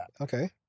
Okay